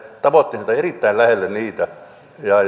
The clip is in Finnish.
tavoitteisiin tai erittäin lähelle niitä